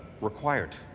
required